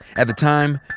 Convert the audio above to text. at the time,